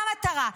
מה המטרה?